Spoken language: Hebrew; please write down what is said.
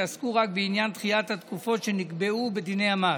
שעסקו רק בעניין דחיית התקופות שנקבעו בדיני המס.